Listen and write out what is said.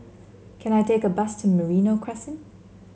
can I take a bus to Merino Crescent